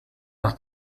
las